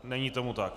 Není tomu tak.